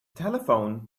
telephone